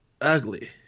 ugly